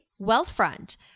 Wealthfront